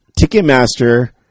Ticketmaster